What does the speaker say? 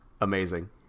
Amazing